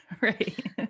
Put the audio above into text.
Right